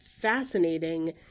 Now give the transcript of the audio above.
fascinating